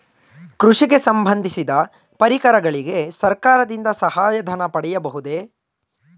ಕೃಷಿಗೆ ಸಂಬಂದಿಸಿದ ಪರಿಕರಗಳಿಗೆ ಸರ್ಕಾರದಿಂದ ಸಹಾಯ ಧನ ಪಡೆಯಬಹುದೇ?